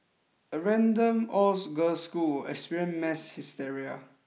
a random all girls school experience mass hysteria